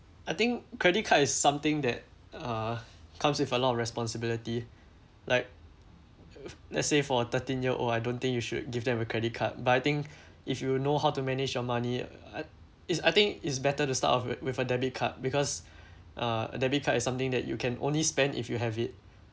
I think credit card is something that uh comes with a lot of responsibility like let's say for a thirteen-year-old I don't think you should give them a credit card but I think if you know how to manage your money at~ it's I think it's better to start off with with a debit card because uh debit card is something that you can only spend if you have it